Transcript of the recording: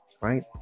right